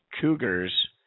Cougars